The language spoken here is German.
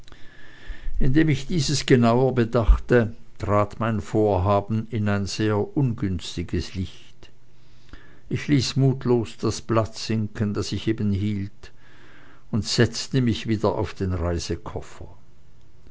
indem ich dieses genauer bedachte trat mein vorhaben in ein sehr ungünstiges licht ich ließ mutlos das blatt sinken das ich eben hielt und setzte mich wieder auf den reisekoffer